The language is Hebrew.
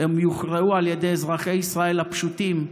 הם יוכרעו על ידי אזרחי ישראל הפשוטים,